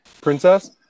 Princess